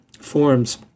forms